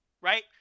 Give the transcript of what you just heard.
right